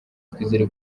twizera